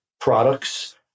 products